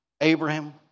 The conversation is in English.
Abraham